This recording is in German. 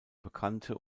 bekannte